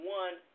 one